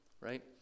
Right